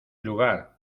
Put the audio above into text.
lugar